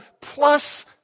plus